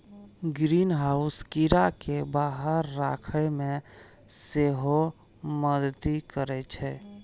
greenhouse कीड़ा कें बाहर राखै मे सेहो मदति करै छै